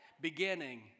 beginning